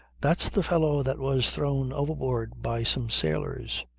that's the fellow that was thrown overboard by some sailors.